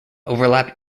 overlap